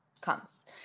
comes